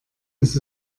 ist